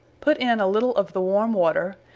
put in a little of the warme water,